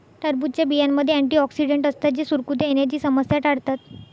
टरबूजच्या बियांमध्ये अँटिऑक्सिडेंट असतात जे सुरकुत्या येण्याची समस्या टाळतात